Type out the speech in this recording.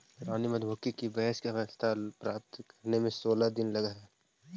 रानी मधुमक्खी को वयस्क अवस्था प्राप्त करने में सोलह दिन लगह हई